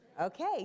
Okay